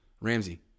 Ramsey